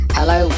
Hello